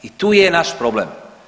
I tu je naš problem.